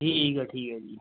ਠੀਕ ਹੈ ਠੀਕ ਹੈ ਜੀ